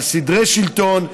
על סדרי שלטון,